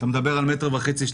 אתה מדבר על מטר וחצי,